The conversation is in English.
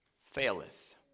faileth